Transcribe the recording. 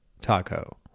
taco